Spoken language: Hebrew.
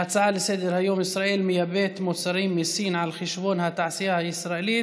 ההצעה לסדר-היום: ישראל מייבאת מוצרים מסין על חשבון התעשייה הישראלית,